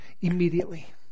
immediately